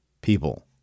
people